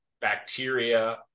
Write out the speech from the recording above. bacteria